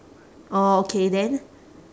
orh okay then